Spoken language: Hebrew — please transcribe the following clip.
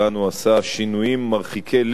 עשה שינויים מרחיקי לכת,